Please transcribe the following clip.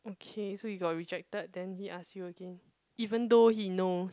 okay so you got rejected then he ask you again even though he know